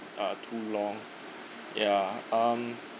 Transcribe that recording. uh too long ya um